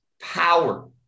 power